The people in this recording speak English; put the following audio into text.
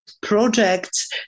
projects